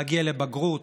להגיע לבגרות,